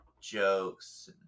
jokes